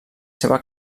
seva